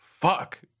fuck